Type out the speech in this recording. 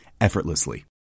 effortlessly